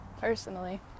personally